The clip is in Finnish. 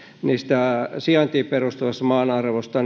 sijaintiin perustuvasta maan arvosta